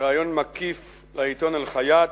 ריאיון מקיף לעיתון "אל-חיאת".